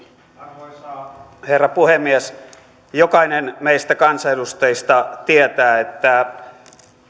arvoisa herra puhemies jokainen meistä kansanedustajista tietää että